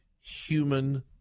human